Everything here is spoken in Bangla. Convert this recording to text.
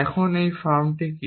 এখন এই কর্ম কি